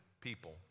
people